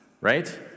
right